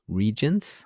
regions